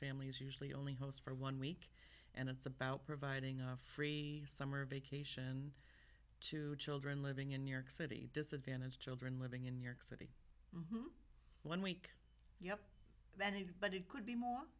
families usually only host for one week and it's about providing a free summer vacation to children living in new york city disadvantaged children living in new york city one week yup but it could be more